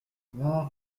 vingt